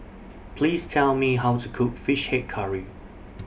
Please Tell Me How to Cook Fish Head Curry